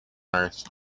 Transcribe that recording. earth